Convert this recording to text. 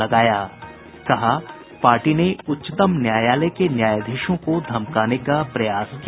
कहा पार्टी ने उच्चतम न्यायालय के न्यायधीशों को धमकाने का प्रयास किया